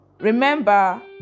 Remember